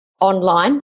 online